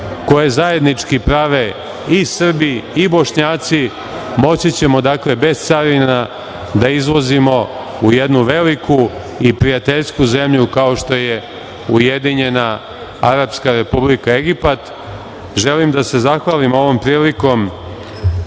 koje zajednički prave i Srbi i Bošnjaci, moći ćemo, dakle, bez carina da izvozimo u jednu veliku i prijateljsku zemlju kao što je Ujedinjena Arapska Republika Egipat. Želim da se zahvalim ovom prilikom